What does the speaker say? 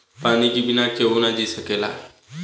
पानी के बिना केहू ना जी सकेला